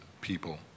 people